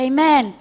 Amen